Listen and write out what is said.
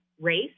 race